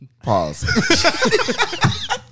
Pause